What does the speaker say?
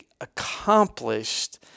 accomplished